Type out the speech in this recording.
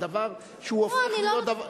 זה דבר שהוא הופך להיות דבר,